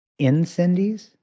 Incendies